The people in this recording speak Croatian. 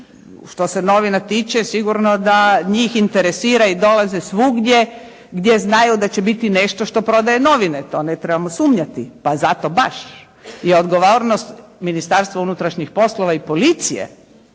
što se novina tiče sigurno da njih interesira i dolaze svugdje gdje znaju da će biti nešto što prodaje novine, to ne trebamo sumnjati. Pa zato baš i odgovornost Ministarstva unutrašnjih polova i policije